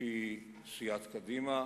מפי דובר סיעת קדימה